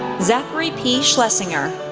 zachary p. schlesinger,